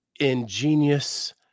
ingenious